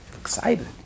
excited